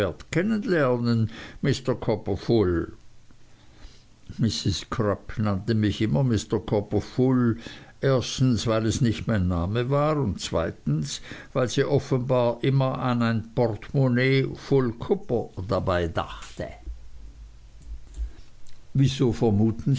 mr copperfull mrs crupp nannte mich immer mr copperfull erstens weil es nicht mein name war und zweitens weil sie offenbar immer an ein portemonnaie full kupper dabei dachte wieso vermuten